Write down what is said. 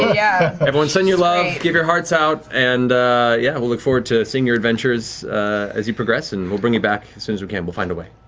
yeah everyone send your love, give your hearts out, and yeah, we'll look forward to seeing your adventures as you progress and and we'll bring you back as soon as we can. we'll find a way.